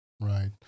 Right